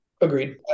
Agreed